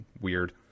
weird